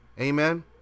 Amen